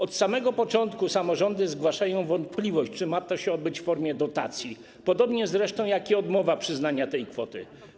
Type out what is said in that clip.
Od samego początku samorządy zgłaszają wątpliwość co do tego, czy ma to się odbyć w formie dotacji, podobnie zresztą jak i odmowa przyznania tej kwoty.